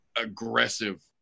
aggressive